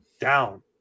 down